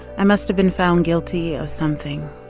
i must've been found guilty of something.